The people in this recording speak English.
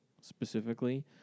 specifically